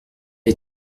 est